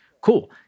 Cool